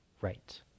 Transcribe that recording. right